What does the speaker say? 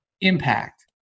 impact